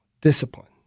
discipline